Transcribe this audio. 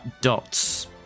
dots